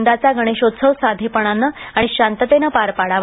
यंदाचा गणेशोत्सव साधेपणानं आणि शांततेने पार पडावा